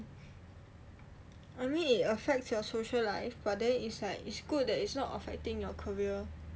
I mean it affects your social life but then it's like it's good that it's not affecting your career